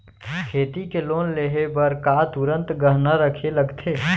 खेती के लोन लेहे बर का तुरंत गहना रखे लगथे?